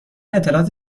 اطلاعات